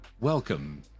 Welcome